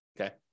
okay